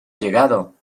llegado